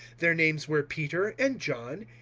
their names were peter and john,